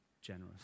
generous